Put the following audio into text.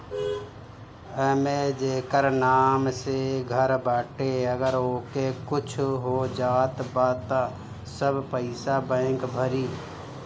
एमे जेकर नाम से घर बाटे अगर ओके कुछ हो जात बा त सब पईसा बैंक भरी